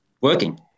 working